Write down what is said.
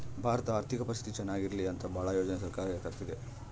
ಭಾರತದ ಆರ್ಥಿಕ ಪರಿಸ್ಥಿತಿ ಚನಾಗ ಇರ್ಲಿ ಅಂತ ಭಾಳ ಯೋಜನೆ ಸರ್ಕಾರ ತರ್ತಿದೆ